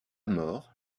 maurs